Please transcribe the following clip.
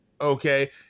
Okay